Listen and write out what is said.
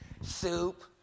soup